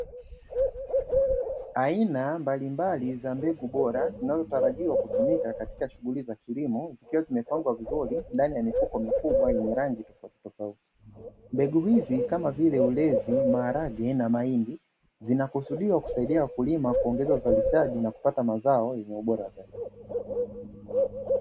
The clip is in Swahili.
Aina mbalimbali za mbegu bora zinazotarajiwa kutumika katika shughuli za kilimo zikiwa zimepangwa vizuri ndani ya mifuko mikubwa yenye rangi tofautitofauti, mbegu hizi kama vile: ulezi, maharage, na mahindi, zinakusudiwa kusaidia wakulima kuongeza uzalishaji na kupata mazao yenye ubora zaidi.